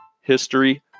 history